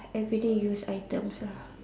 everyday use items ah